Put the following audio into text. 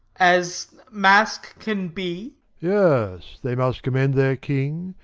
as mask can be yes, they must commend their king,